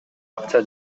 акча